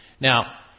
Now